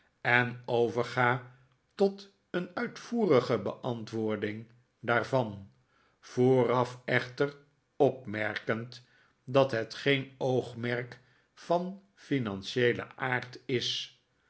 en overga tot een uitvoerige beantwoording daarvan vooraf echter opmerkend dat het g e e n oogmerk van financieelen aard is